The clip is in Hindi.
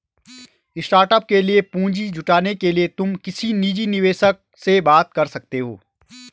स्टार्टअप के लिए पूंजी जुटाने के लिए तुम किसी निजी निवेशक से बात कर सकते हो